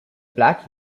black